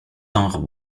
tinrent